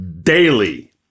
daily